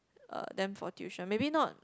uh them for tuition maybe not